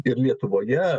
ir lietuvoje